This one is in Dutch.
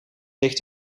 ligt